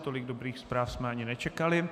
Tolik dobrých zpráv jsme ani nečekali.